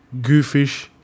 goofish